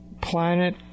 planet